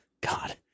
God